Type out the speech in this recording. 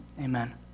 Amen